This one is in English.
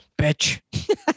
bitch